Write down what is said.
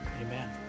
Amen